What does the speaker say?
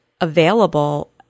available